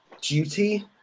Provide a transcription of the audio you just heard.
duty